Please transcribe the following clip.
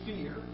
fear